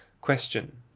Question